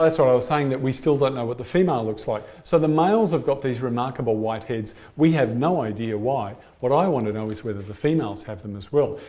i sort of i was saying that we still don't know what the female looks like. so the males have got these remarkable white heads. we have no idea why. what i want to know is whether the females have them as well.